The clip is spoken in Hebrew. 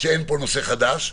שאין פה נושא חדש,